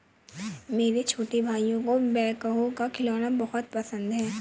मेरे छोटे भाइयों को बैकहो का खिलौना बहुत पसंद है